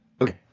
Okay